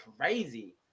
crazy